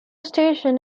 station